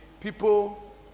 people